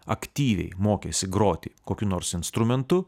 aktyviai mokėsi groti kokiu nors instrumentu